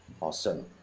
Awesome